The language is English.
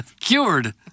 Cured